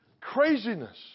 craziness